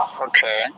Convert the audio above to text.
Okay